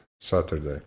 Saturday